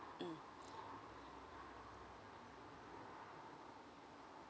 mm